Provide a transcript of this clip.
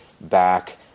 back